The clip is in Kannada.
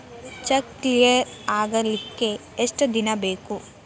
ಚೆಕ್ ಕ್ಲಿಯರ್ ಆಗಲಿಕ್ಕೆ ಎಷ್ಟ ದಿನ ಬೇಕು?